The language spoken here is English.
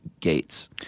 gates